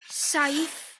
saith